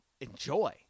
enjoy